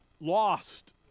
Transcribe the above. lost